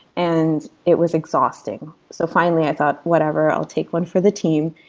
and it was exhausting so finally i thought, whatever. i'll take one for the team,